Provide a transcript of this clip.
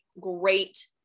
great